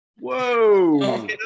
whoa